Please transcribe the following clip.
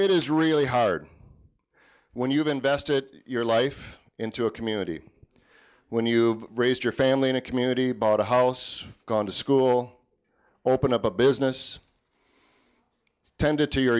it is really hard when you've invested your life into a community when you've raised your family in a community bought a house gone to school open up a business tended to your